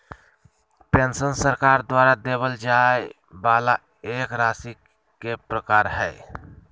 pension सरकार द्वारा देबल जाय वाला एक राशि के प्रकार हय